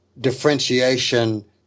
differentiation